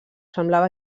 semblava